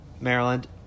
Maryland